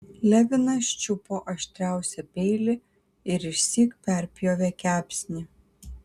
levinas čiupo aštriausią peilį ir išsyk perpjovė kepsnį